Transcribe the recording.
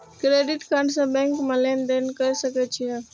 Credit card से bank में लेन देन कर सके छीये?